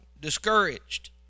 discouraged